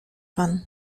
pan